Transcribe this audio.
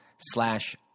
slash